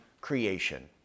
creation